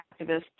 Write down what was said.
activists